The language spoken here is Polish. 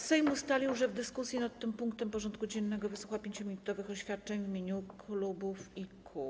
Sejm ustalił, że w dyskusji nad tym punktem porządku dziennego wysłucha 5-minutowych oświadczeń w imieniu klubów i kół.